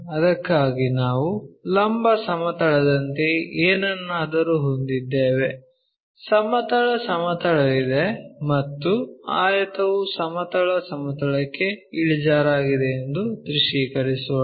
ಅದಕ್ಕಾಗಿ ನಾವು ಲಂಬ ಸಮತಲದಂತೆ ಏನನ್ನಾದರೂ ಹೊಂದಿದ್ದೇವೆ ಸಮತಲ ಸಮತಲವಿದೆ ಮತ್ತು ಆಯತವು ಸಮತಲ ಸಮತಲಕ್ಕೆ ಇಳಿಜಾರಾಗಿದೆ ಎಂದು ದೃಶ್ಯೀಕರಿಸೋಣ